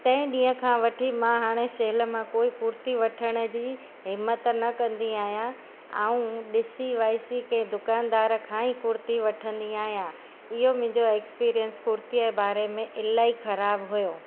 तंहिं ॾींहं खां वठी मां हाणे सेल मां कोइ कुर्ती वठण जी हिमत न कंदी आहियां ऐं ॾिसी वाइसी के दुकानदार खां ई कुर्ती वठंदी आहियां इहो मुंहिंजो ऐक्स्पीरियंस कुर्तीअ जे बारे में इलाही ख़राबु हुयो